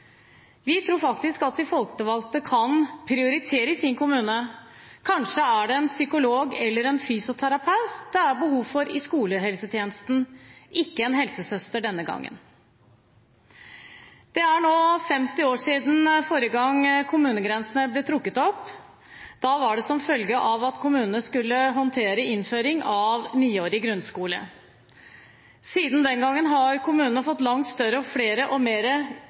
Vi tror faktisk at de folkevalgte kan prioritere i sin kommune. Kanskje er det en psykolog eller en fysioterapeut det er behov for i skolehelsetjenesten, ikke en helsesøster denne gangen. Det er nå 50 år siden forrige gang kommunegrensene ble trukket opp. Da var det som følge av at kommunene skulle håndtere innføring av niårig grunnskole. Siden den gangen har kommunene fått langt større, flere og mer komplekse oppgaver, bl.a. oppgaver innenfor psykisk helse og